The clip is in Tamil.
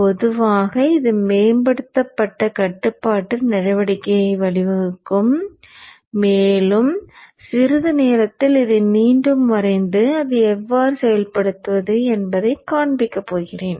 பொதுவாக இது மேம்பட்ட கட்டுப்பாட்டு நடவடிக்கைக்கு வழிவகுக்கும் மேலும் சிறிது நேரத்தில் இதை மீண்டும் வரைந்து அதை எவ்வாறு செயல்படுத்துவது என்பதைக் காண்பிக்க போகிறேன்